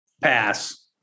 Pass